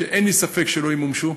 שאין לי ספק שלא ימומשו.